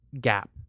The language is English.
gap